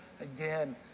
again